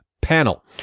panel